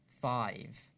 five